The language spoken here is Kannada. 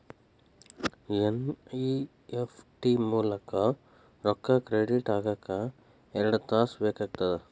ಎನ್.ಇ.ಎಫ್.ಟಿ ಮೂಲಕ ರೊಕ್ಕಾ ಕ್ರೆಡಿಟ್ ಆಗಾಕ ಎರಡ್ ತಾಸ ಬೇಕಾಗತ್ತಾ